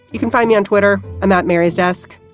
you can find me on twitter. i'm at mary's desk.